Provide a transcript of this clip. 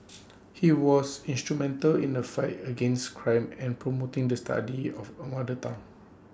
he was instrumental in the fight against crime and promoting the study of A mother tongue